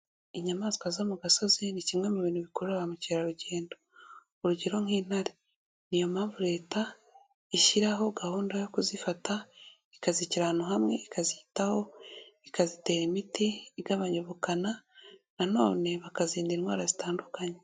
Inyamaswa zo mu gasozi ni kimwe mu bintu bikurura ba mukerarugendo urugero nk'intare, ni iyo mpamvu Leta ishyiraho gahunda yo kuzifata ikazishira ahantu hamwe, ikazitaho, ikazitera imiti igabanya ubukana, nanone bakazirinda indwara zitandukanye.